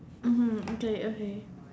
mmhmm okay okay